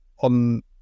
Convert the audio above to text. on